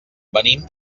venim